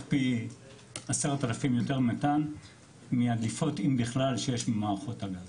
פי 10,000 יותר מתאן מהדליפות אם בכלל שיש ממערכות הגז.